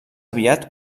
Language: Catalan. aviat